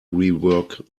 rework